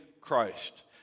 Christ